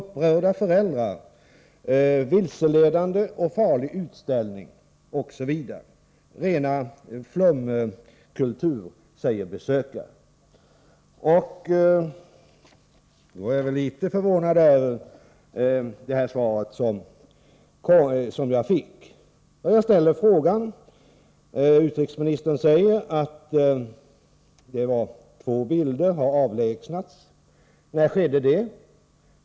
Upprörda föräldrar: Vilseledande och farlig utställning om rastafari”. ”Rena flumkulturen”, säger besökare. Jag är litet förvånad över det svar som jag fick. Utrikesministern säger att två bilder har avlägsnats. Jag vill ställa frågan: När skedde det?